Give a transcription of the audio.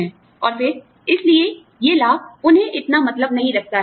और फिर इसलिए ये लाभ उन्हें इतना मतलब नहीं रखता है